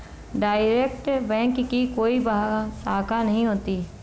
direct bank की कोई बाह्य शाखा नहीं होती